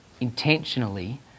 intentionally